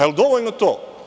Jel dovoljno to?